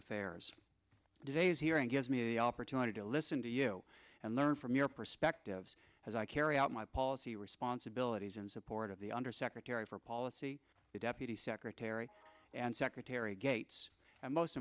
affairs days here and gives me the opportunity to listen to you and learn from your perspectives as i carry out my policy responsibilities in support of the undersecretary for policy the deputy secretary and secretary gates and most